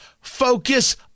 Focus